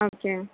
okay